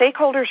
Stakeholders